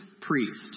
priest